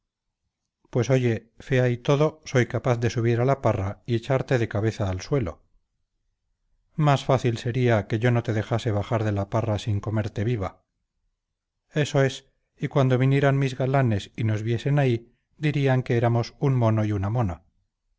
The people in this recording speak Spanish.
lucas pues fea y todo soy capaz de subir a la parra y echarte de cabeza al suelo más fácil sería que yo no te dejase bajar de la parra eso es y cuando vinieran mis galanes dirían que éramos un mono y una mona